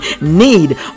need